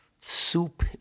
Soup